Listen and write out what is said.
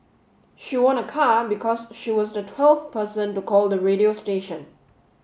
she won a car because she was the twelfth person to call the radio station